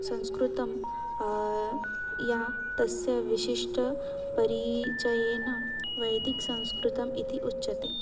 संस्कृतं या तस्य विशिष्टपरिचयेन वैदिकसंस्कृतम् इति उच्यते